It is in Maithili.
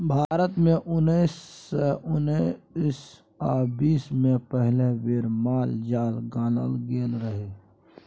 भारत मे उन्नैस सय उन्नैस आ बीस मे पहिल बेर माल जाल गानल गेल रहय